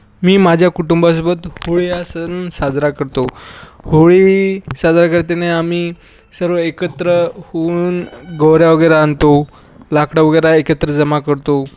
मी माझ्या कुटुंबासोबत होळी हा सण साजरा करतो होळी साजरा करतानी आम्ही सर्व एकत्र होऊन गोवऱ्या वगैरे आणतो लाकडं वगैरे एकत्र जमा करतो